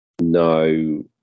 No